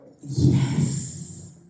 Yes